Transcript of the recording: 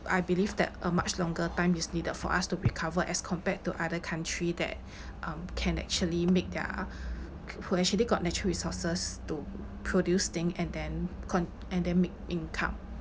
I believe that a much longer time is needed for us to recover as compared to other country that um can actually make their who actually got natural resources to produce thing and then con~ and then make income